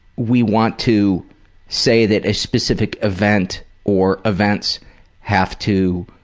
we want to say that a specific event or events have to